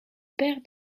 père